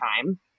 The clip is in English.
time